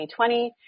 2020